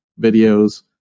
videos